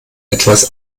etwas